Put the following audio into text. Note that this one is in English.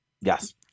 yes